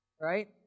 right